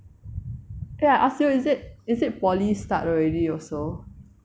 eh I ask you is it is it poly start already also